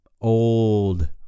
Old